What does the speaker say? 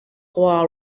croix